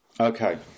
Okay